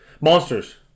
Monsters